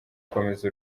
gukomeza